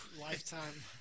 Lifetime